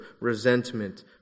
resentment